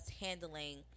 handling